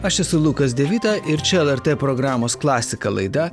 aš esu lukas devita ir čia lrt programos klasika laida